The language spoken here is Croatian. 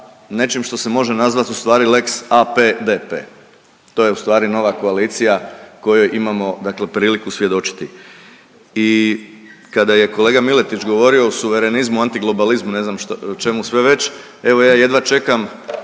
nečim što se može nazvat lex AP-DP to je ustvari nova koalicija kojoj imamo priliku svjedočiti. I kada je kolega Miletić govorio o suverenizmu, antiglobalizmu ne znam čemu sve već, evo ja jedva čekam